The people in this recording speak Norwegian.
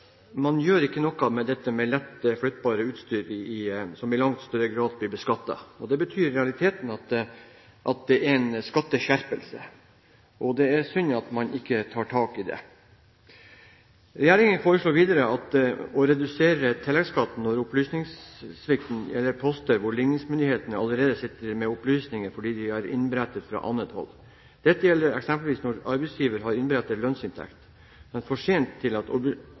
man gjør ikke noe med lett flyttbart utstyr, som i langt større grad blir beskattet. Det betyr i realiteten at det er en skatteskjerpelse. Det er synd at man ikke tar tak i det. Regjeringen foreslår videre å redusere tilleggsskatten når opplysningssvikten gjelder poster hvor ligningsmyndighetene allerede sitter med opplysningene fordi de har innberettet fra annet hold. Dette gjelder eksempelvis når arbeidsgiver har innberettet lønnsinntekt, men for sent til at